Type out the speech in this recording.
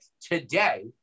today